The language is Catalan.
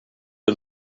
que